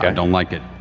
don't like it,